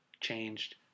changed